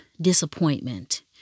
disappointment